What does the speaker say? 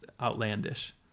outlandish